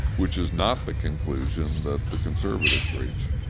which is not the conclusion that the conservatives reach